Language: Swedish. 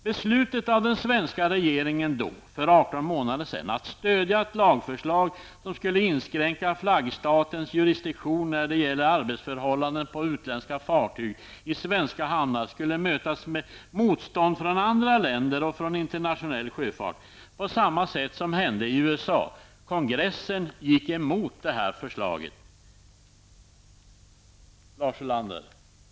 Beslutet av den svenska regeringen för 18 månader sedan att stödja ett lagförslag som skulle inskränka flaggstatens juristdiktion när det gäller arbetsförhållanden på utländska fartyg i svenska hamnar, skulle mötas med motstånd från andra länder och från internationell sjöfart på samma sätt som hände i USA. Kongressen gick emot det här förslaget. Lars Ulander.